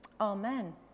Amen